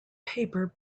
paper